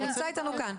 נציגיו נמצאים אתנו כאן.